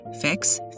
fix